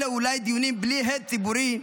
אלה אולי דיונים בלי הד ציבורי,